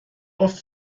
oft